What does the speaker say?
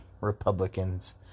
Republicans